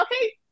okay